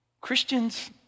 Christians